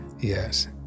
Yes